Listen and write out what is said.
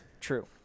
True